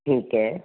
ਠੀਕ ਹੈ